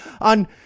on